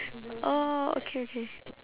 oh okay okay